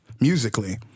musically